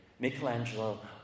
Michelangelo